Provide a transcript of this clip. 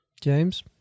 James